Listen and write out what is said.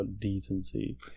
decency